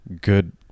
Good